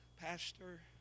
pastor